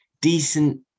decent